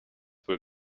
will